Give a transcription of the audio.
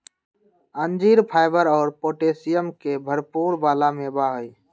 अंजीर फाइबर और पोटैशियम के भरपुर वाला मेवा हई